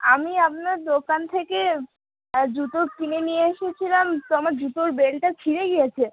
আমি আপনার দোকান থেকে জুতো কিনে নিয়ে এসেছিলাম তো আমার জুতোর বেল্টটা ছিঁড়ে গিয়েছে